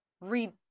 read